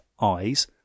eyes